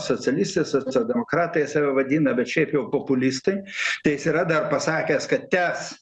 socialistais socialdemokratais save vadina bet šiaip jau populistai tai jis yra dar pasakęs kad tęs